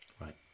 Right